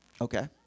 Okay